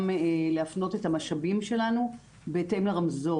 להפנות את המשאבים שלנו בהתאם לרמזור.